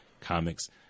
comics